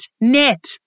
net